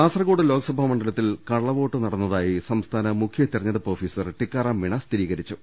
കാസർകോഡ് ലോക്സഭാ മണ്ഡലത്തിൽ കള്ളവോട്ട് നട ന്നതായി സംസ്ഥാന മുഖ്യ തെരഞ്ഞെടുപ്പ് ഓഫീസർ ടിക്കാറാം മീണ സ്ഥിരീകരിച്ചു